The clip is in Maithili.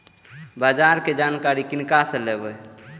बाजार कै जानकारी किनका से लेवे?